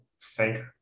thank